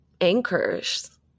anchors